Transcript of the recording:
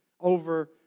over